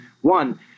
one